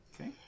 okay